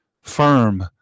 firm